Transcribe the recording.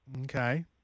Okay